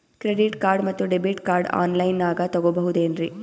Credit card ಮತ್ತು debit card on ಲೈನಾಗ್ ತಗೋಬಹುದೇನ್ರಿ?